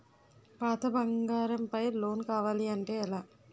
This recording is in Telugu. పాత బంగారం పై లోన్ కావాలి అంటే ఎలా?